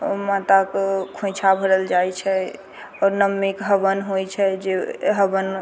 ओहिमे माताके खोइछा भरल जाइ छै आओर नओमी कऽ हवन होइ छै जे हवन